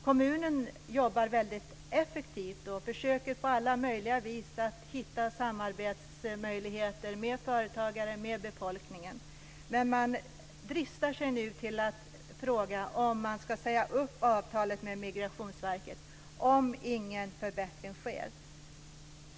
Kommunen jobbar väldigt effektivt och försöker på alla möjliga vis att hitta samarbetsmöjligheter med företagare och med befolkningen, men man dristar sig nu till att fråga om man ska säga upp avtalet med Migrationsverket om ingen förbättring sker.